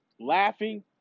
laughing